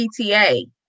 PTA